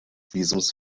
visums